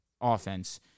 offense